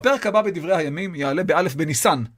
הפרק הבא בדברי הימים יעלה באלף בניסן.